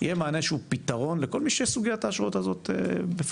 יהיה מענה שהוא פתרון לכל מי שסוגיית האשרות הזאת בפניו.